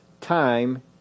time